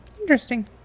Interesting